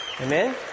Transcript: Amen